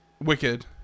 Wicked